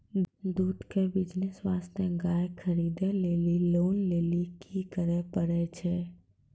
दूध के बिज़नेस वास्ते गाय खरीदे लेली लोन लेली की करे पड़ै छै?